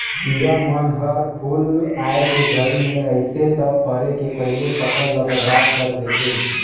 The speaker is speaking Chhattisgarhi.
किरा मन हर फूल आए के घरी मे अइस त फरे के पहिले फसल ल बरबाद कर देथे